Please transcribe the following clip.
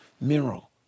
mineral